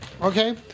okay